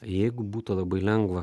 jeigu būtų labai lengva